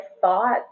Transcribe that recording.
thought